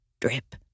Drip